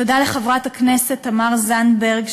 תודה לחברת הכנסת תמר זנדברג,